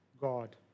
God